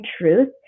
truth